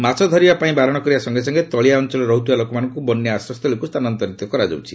ମାଛ ଧରିବା ପାଇଁ ବାରଣ କରିବା ସଙ୍ଗେ ସଙ୍ଗେ ତଳିଆ ଅଞ୍ଚଳରେ ରହୁଥିବା ଲୋକମାନଙ୍କୁ ବନ୍ୟା ଆଶ୍ରୟସ୍ଥଳୀକୁ ସ୍ଥାନାନ୍ତରିତ କରାଯାଉଛି